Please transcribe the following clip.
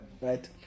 Right